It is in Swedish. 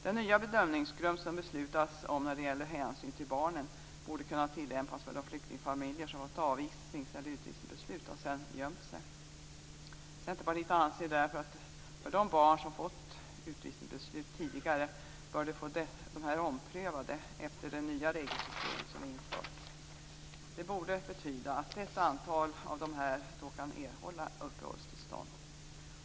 Den nya bedömningsgrund som beslutats om när det gäller hänsyn till barn borde kunna tillämpas för de flyktingfamiljer som fått avvisnings eller utvisningsbeslut och sedan gömt sig. Centerpartiet anser därför att de barn som tidigare fått utvisningsbeslut bör få dessa omprövade efter det nya regelsystem som införts. Det borde betyda att ett antal av dessa kan erhålla uppehållstillstånd.